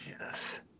yes